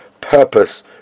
purpose